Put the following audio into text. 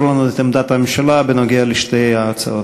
לנו את עמדת הממשלה בנוגע לשתי ההצעות.